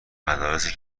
مدارس